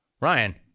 Ryan